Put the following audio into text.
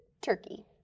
Turkey